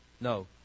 No